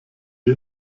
wir